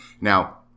Now